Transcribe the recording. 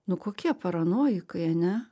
nu kokie paranojikai ane